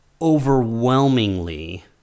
overwhelmingly